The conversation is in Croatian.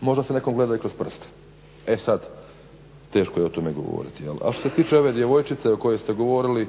možda se nekome gleda i kroz prste. E sad, teško je o tome govoriti. A što se tiče ove djevojčice o kojoj ste govorili,